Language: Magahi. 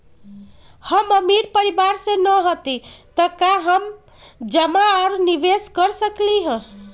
हम अमीर परिवार से न हती त का हम जमा और निवेस कर सकली ह?